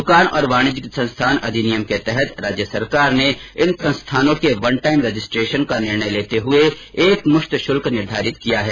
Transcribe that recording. द्रकान और वाणिज्यिक संस्थान अधिनियम के तहत राज्य सरकार ने इन संस्थानों के वन टाइम रजिस्ट्रेशन का निर्णय लेते हुए एकमुश्त शुल्क निर्धारित किया है